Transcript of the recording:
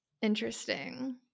interesting